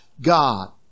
God